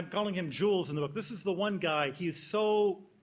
calling him jules in the book. this is the one guy, he is so